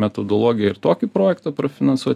metodologiją ir tokį projektą prafinansuot